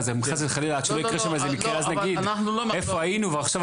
אז חס וחלילה עד שלא יקרה שם איזה מקרה,